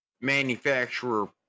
manufacturer